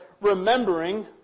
remembering